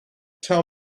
tell